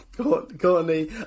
Courtney